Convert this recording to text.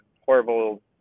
horrible